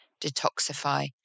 detoxify